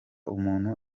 umuntu